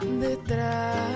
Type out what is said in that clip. detrás